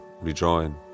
rejoin